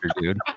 dude